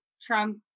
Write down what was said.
Trump